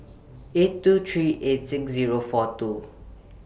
eight two three eight six Zero four two